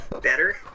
better